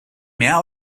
mehr